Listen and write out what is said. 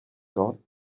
thought